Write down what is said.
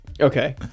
Okay